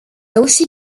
aussi